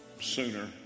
sooner